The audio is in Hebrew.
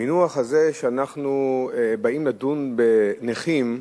כשאנחנו באים לדון בנכים,